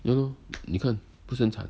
ya lor 你看不是很惨